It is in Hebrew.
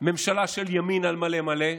ממשלה של ימין על מלא מלא,